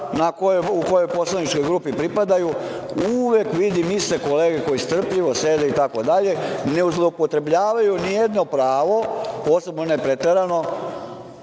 kojoj poslaničkoj grupi pripadaju. Uvek vidim iste kolege koji strpljivo sede itd, ne zloupotrebljavaju ni jedno pravo, posebno ne preterano,